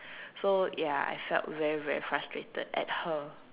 so ya I felt very very frustrated at her